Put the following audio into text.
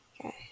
Okay